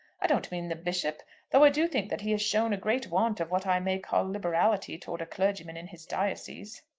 i don't mean the bishop though i do think that he has shown a great want of what i may call liberality towards a clergyman in his diocese.